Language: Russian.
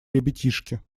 ребятишки